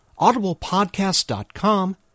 audiblepodcast.com